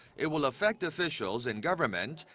it will affect officials in government,